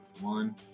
One